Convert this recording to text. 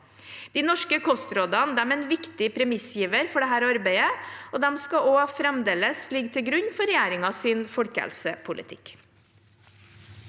De norske kostrådene er en viktig premissgiver for dette arbeidet, og skal fremdeles ligge til grunn for regjeringens folkehelsepolitikk.